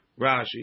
Rashi